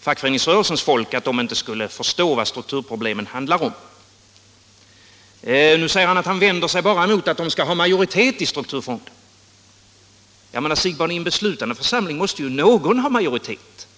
fackföreningsrörelsens folk, att de inte skulle förstå vad strukturproblemen handlar om: Nu säger han att han bara vänder sig mot att de skall ha majoritet i strukturfonden. Men, herr Siegbahn, i en beslutande församling måste ju någon ha majoritet.